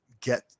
get